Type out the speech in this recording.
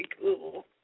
cool